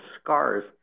SCARS